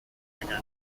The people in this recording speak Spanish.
heces